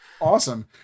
awesome